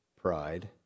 pride